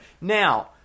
now